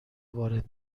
وارد